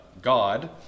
God